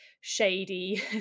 shady